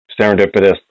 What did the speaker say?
serendipitous